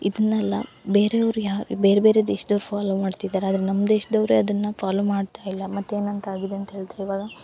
ಇದನ್ನೆಲ್ಲ ಬೇರೆಯೋರು ಯಾರು ಬೇರೆ ಬೇರೆ ದೇಶ್ದೋರು ಫಾಲೋ ಮಾಡ್ತಿದಾರೆ ಆದರೆ ನಮ್ಮ ದೇಶ್ದೋರೆ ಅದನ್ನ ಫಾಲೋ ಮಾಡ್ತಾಯಿಲ್ಲ ಮತ್ತು ಏನಂತ ಆಗಿದೆ ಅಂತ ಹೇಳ್ದ್ರೆ ಇವಾಗ